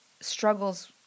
struggles